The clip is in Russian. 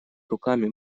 руками